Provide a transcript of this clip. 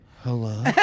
Hello